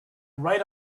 right